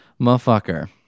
Motherfucker